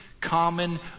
common